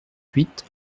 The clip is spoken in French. huit